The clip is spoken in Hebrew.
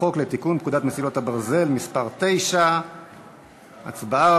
חוק לתיקון פקודת מסילות הברזל (מס' 9). הצבעה,